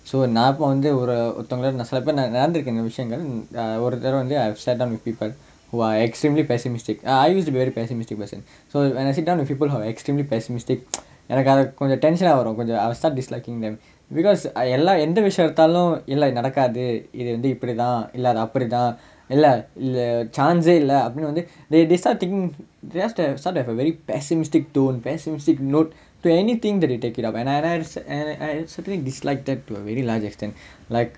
so நா இப்ப வந்து ஒரு ஒருத்தங்கள நா:naa ippa vanthu oru oruthangala naa select பண்ணேன் நடந்திருக்கு இந்த விஷயங்கள்:pannaen nadanthirukku intha vishayangal err ஒரு தரம் வந்து:oru tharam vanthu I've met some people who are extremely pessimistic I used to be very pessimistic myself so when I sit down with people who are extremely pessimistic எனக்கு அது கொஞ்சம்:enakku athu konjam tension ah வரும் கொஞ்சம்:varum konjam I will start disliking them because எல்லா எந்த விஷயம் எடுத்தாலும் இல்ல நடக்காது இது வந்து இப்படிதான் இல்ல அது அப்படிதான் இல்ல இது:ellaa entha vishayam eduthaalum illa nadakkaathu ithu vanthu ippadithaan illa athu appdithaan illa ithu chance eh இல்ல அப்படின்னு வந்து:illa appadinnu vanthu they they start thinking start to have such a pessimistic tone pessimistic note to everything that they take it up and I certainly dislike that to a very large extent like